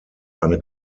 eine